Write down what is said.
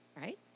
right